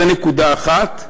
זאת נקודה אחת.